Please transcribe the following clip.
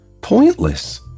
pointless